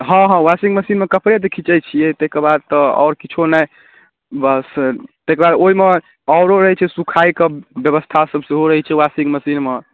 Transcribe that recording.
हँ हँ washing machine मे कपड़े जे खीचै छियै तेकर बाद तऽ आओर किछो नहि बस तेकर बाद ओहिमे आओरो रहे छै सूखैके व्यवस्था सब सेहो रहे छै वॉशिंग मशीन मे